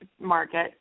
market